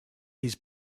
his